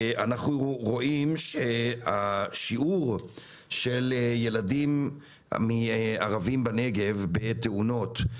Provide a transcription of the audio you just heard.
אנחנו רואים שהשיעור של ילדים ערבים בנגב בעת תאונות,